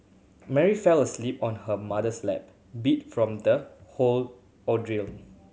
Mary fell asleep on her mother's lap beat from the whole ordeal